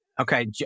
Okay